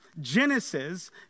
Genesis